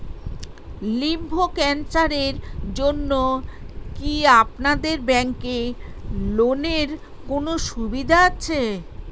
Lymph ক্যানসারের জন্য কি আপনাদের ব্যঙ্কে লোনের কোনও সুবিধা আছে?